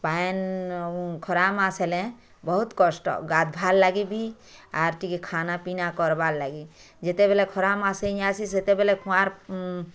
ପାଏନ୍ ଖରା ମାସ୍ ହେଲେ ବହୁତ୍ କଷ୍ଟ ଗାଧ୍ବାର୍ ଲାଗିବି ଆର୍ ଟିକେ ଖାନାପିନା କର୍ବାର୍ ଲାଗିବି ଯେତେବଲେ ଖରାମାସ ହେଇଁ ଆସେ ସେତେବେଲେ କୂଆଁର୍